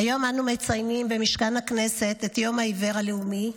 היום אנו מציינים במשכן הכנסת את יום העיוור הלאומי,